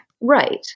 Right